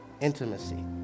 Intimacy